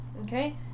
Okay